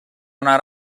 una